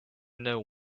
know